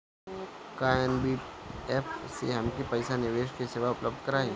का एन.बी.एफ.सी हमके पईसा निवेश के सेवा उपलब्ध कराई?